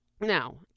Now